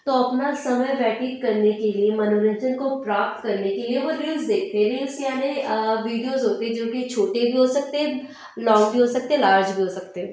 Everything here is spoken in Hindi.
तो अपना समय व्यतीत करने के लिए मनोरंजन को प्राप्त करने के लिए वो रील्स देखते रील्स यानी वीडियोज़ होते हैं जो कि छोटे भी हो सकते हैं लॉन्ग भी हो सकते हैं लार्ज भी हो सकते हैं